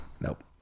nope